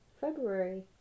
February